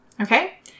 okay